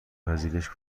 پذیرش